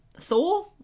Thor